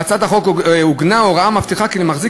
בהצעת החוק עוגנה הוראה המבטיחה כי למחזיק